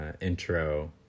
intro